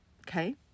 okay